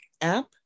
app